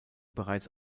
bereits